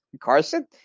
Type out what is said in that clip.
Carson